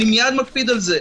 אני מיד מקפיד על זה,